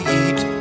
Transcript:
eat